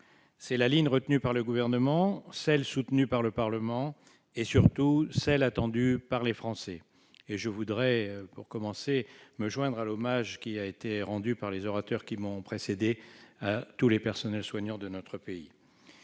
C'est la ligne retenue par le Gouvernement, celle aussi soutenue par le Parlement et surtout celle attendue par les Français. Pour commencer, je voudrais donc me joindre à l'hommage rendu par les orateurs qui m'ont précédé à tous les personnels soignants de notre pays.